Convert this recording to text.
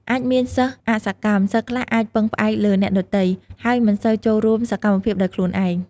អាចមានសិស្សអសកម្ម សិស្សខ្លះអាចពឹងផ្អែកលើអ្នកដទៃ ហើយមិនសូវចូលរួមសកម្មភាពដោយខ្លួនឯង។